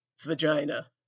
vagina